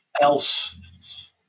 else